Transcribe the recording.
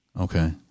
Okay